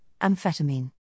amphetamine